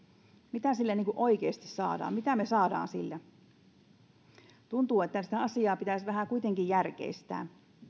mitä sillä oikeasti saadaan mitä me saamme sillä tuntuu että sitä asiaa pitäisi vähän kuitenkin järkeistää